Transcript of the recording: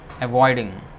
avoiding